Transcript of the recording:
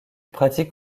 pratique